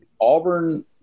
Auburn